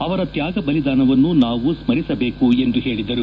ಅವರ ತ್ಯಾಗ ಬಲಿದಾನವನ್ನು ನಾವು ಸ್ಕರಿಸಬೇಕು ಎಂದು ಹೇಳಿದರು